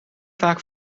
vaak